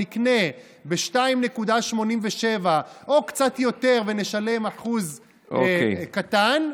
נקנה ב-2.87 או קצת יותר ונשלם אחוז קטן,